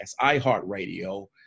iHeartRadio